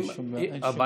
אין שום בעיה.